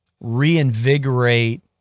reinvigorate